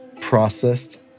Processed